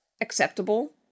acceptable